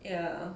ya